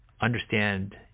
understand